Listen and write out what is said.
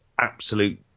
absolute